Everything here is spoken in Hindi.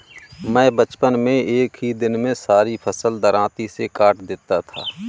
मैं बचपन में एक ही दिन में सारी फसल दरांती से काट देता था